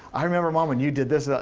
i remember, mom, when you did this. ah